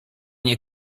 nie